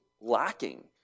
lacking